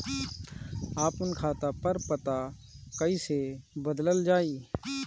आपन खाता पर पता कईसे बदलल जाई?